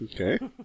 Okay